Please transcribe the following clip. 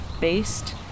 based